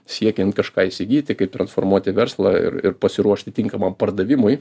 siekiant kažką įsigyti kaip transformuoti verslą ir ir pasiruošti tinkamam pardavimui